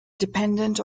dependent